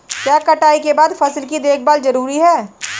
क्या कटाई के बाद फसल की देखभाल जरूरी है?